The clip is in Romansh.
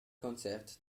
concert